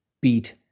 beat